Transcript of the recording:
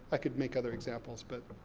i could make other examples, but,